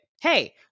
hey